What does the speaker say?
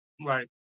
right